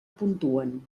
puntuen